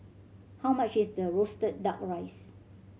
how much is the roasted Duck Rice